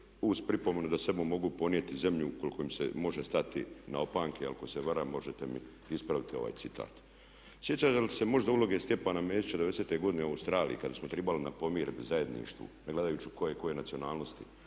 uz pripomenu da samo mogu ponijeti zemlju ukoliko im se može stati na opanke, ako se varam, možete mi ispraviti ovaj citat. Sjećate li se možda uloge Stjepana Mesića 90.-te godine u Australiji kada smo trebali na pomirbu na zajedništvu ne gledajući tko je koje nacionalnosti,